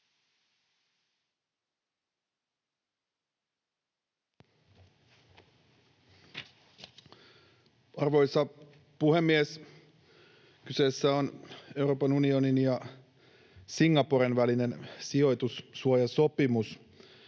Arvoisa puhemies! Kyseessä on Euroopan unionin ja Singaporen välinen sijoitussuojasopimus,